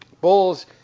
Bulls